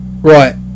right